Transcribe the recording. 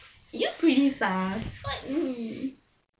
you pretty sus what me